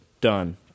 done